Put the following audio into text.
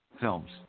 films